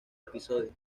episodio